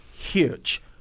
Huge